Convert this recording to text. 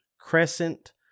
crescent